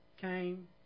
came